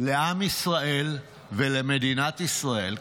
לעם ישראל ולמדינת ישראל.